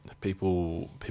People